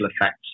effects